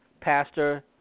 pastor